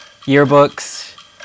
yearbooks